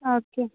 okay